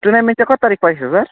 tournament चाहिँ कति तारिख परेको छ सर